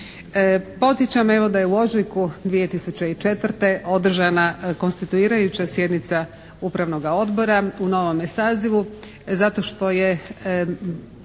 Podsjećam evo da je u ožujku 2004. održana konstituirajuća sjednica upravnoga odbora u novome sazivu zato što je,